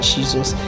Jesus